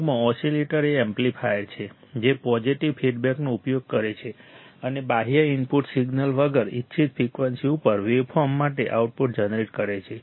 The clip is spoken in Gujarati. ટૂંકમાં ઓસિલેટર એ એમ્પ્લીફાયર છે જે પોઝિટિવ ફીડબેકનો ઉપયોગ કરે છે અને બાહ્ય ઇનપુટ સિગ્નલ વગર ઇચ્છિત ફ્રિકવન્સી ઉપર વેવફોર્મ માટે આઉટપુટ જનરેટ કરે છે